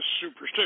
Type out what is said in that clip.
superstitious